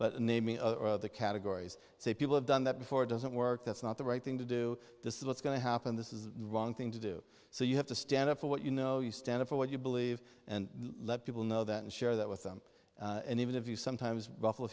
of the categories say people have done that before doesn't work that's not the right thing to do this is what's going to happen this is the wrong thing to do so you have to stand up for what you know you stand up for what you believe and let people know that and share that with them and even if you sometimes ruff